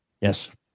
Yes